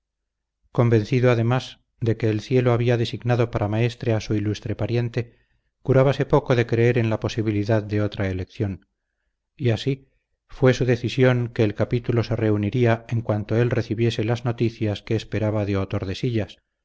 convencido además de que el cielo había designado para maestre a su ilustre pariente curábase poco de creer en la posibilidad de otra elección y así fue su decisión que el capítulo se reuniría en cuanto él recibiese las noticias que esperaba de otordesillas